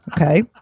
okay